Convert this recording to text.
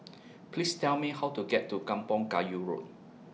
Please Tell Me How to get to Kampong Kayu Road